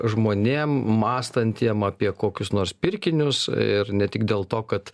žmonėm mąstantiem apie kokius nors pirkinius ir ne tik dėl to kad